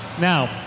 Now